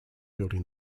building